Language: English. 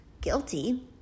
Guilty